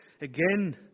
again